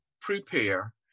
prepare